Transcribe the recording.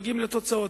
מגיעים לתוצאות,